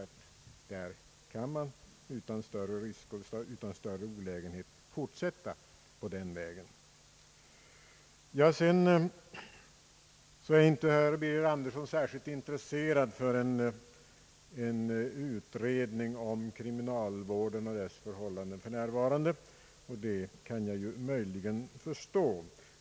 Vi anser att man utan större olägenheter kan fortsätta på den inslagna vägen. Herr Birger Andersson är inte särskilt intresserad av en utredning om kriminalvården och dess förhållanden för närvarande, och det kan jag möjligen förstå.